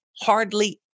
hardly